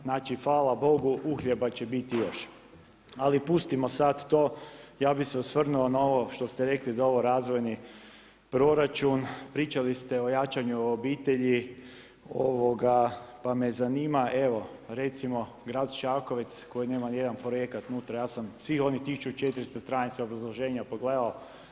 Znači, hvala Bogu, uhljeba će biti još Ali pustimo sada to, ja bih se osvrnuo na ovo što ste rekli da je ovo razvojni proračun, pričali ste o jačanju obitelji pa me zanima, evo recimo grad Čakovec koji nema nijedan projekat unutra, ja sam svih onih 1400 stranica obrazloženja pogledao.